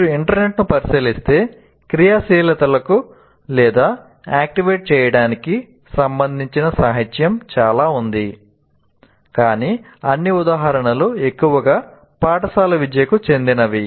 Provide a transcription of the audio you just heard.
మీరు ఇంటర్నెట్ను పరిశీలిస్తే క్రియాశీలతకు లేదా యాక్టివేట్ చేయడానికి సంబంధించిన సాహిత్యం చాలా ఉంది కానీ అన్ని ఉదాహరణలు ఎక్కువగా పాఠశాల విద్యకు చెందినవి